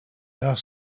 are